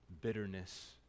bitterness